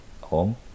home